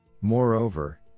Moreover